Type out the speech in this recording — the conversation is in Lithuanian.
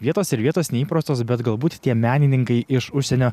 vietos ir vietos neįprastos bet galbūt tie menininkai iš užsienio